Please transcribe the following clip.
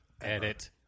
edit